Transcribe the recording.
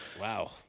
Wow